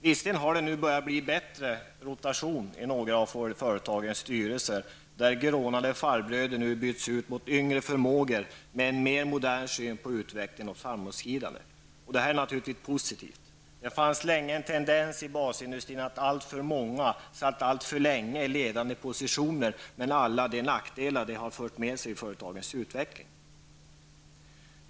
Visserligen har det nu börjat bli bättre rotation i några av företagens styrelser, där grånade farbröder nu byts ut mot yngre förmågor med en mer modern syn på utveckling och framåtskridande. Det är naturligtvis positivt. Det fanns länge en tendens i basindustrierna att alltför många, satt alltför länge i ledande positioner med alla de nackdelar det fört med sig för företagens utveckling.